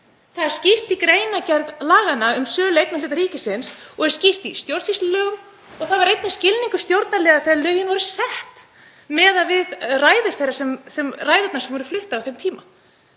Það er skýrt í greinargerð laganna um sölumeðferð eignarhluta ríkisins og er skýrt í stjórnsýslulögum og það var einnig skilningur stjórnarliða þegar lögin voru sett miðað við ræður þeirra sem voru fluttar á þeim tíma.